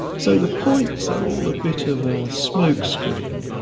so the points are all a bit of a smokescreen.